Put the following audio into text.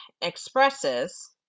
expresses